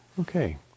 Okay